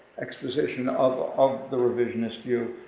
exposition of of the revisionist view.